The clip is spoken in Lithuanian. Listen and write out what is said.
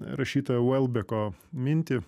rašytojo velbeko mintį